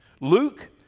luke